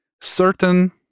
certain